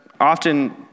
often